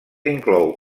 inclou